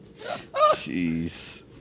Jeez